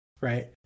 right